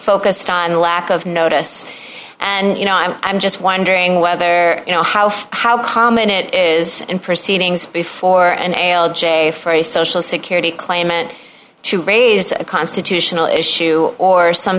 focused on the lack of notice and you know i'm i'm just wondering whether you know how how common it is in proceedings before an alj a for a social security claimant to raise a constitutional issue or some